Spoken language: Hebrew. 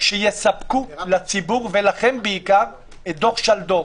שיספקו לציבור ולכם בעיקר את דוח שלדור,